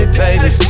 baby